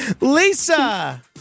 Lisa